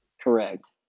Correct